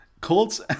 Colts